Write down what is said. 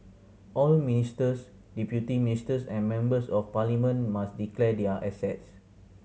all ministers deputy ministers and members of parliament must declare their assets